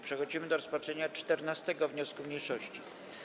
Przechodzimy do rozpatrzenia 14. wniosku mniejszości.